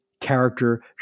character